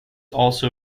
also